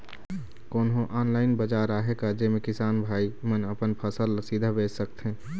कोन्हो ऑनलाइन बाजार आहे का जेमे किसान भाई मन अपन फसल ला सीधा बेच सकथें?